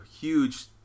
huge